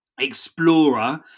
explorer